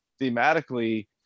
thematically